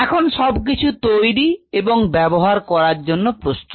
এখন সবকিছু তৈরি এবং ব্যবহার করার জন্য প্রস্তুত